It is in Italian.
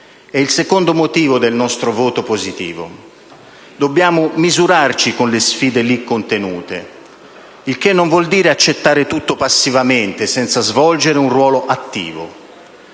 È il secondo motivo del nostro voto positivo. Dobbiamo misurarci con le sfide lì contenute; il che non vuol dire accettare tutto passivamente senza svolgere un ruolo attivo.